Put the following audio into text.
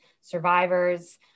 survivors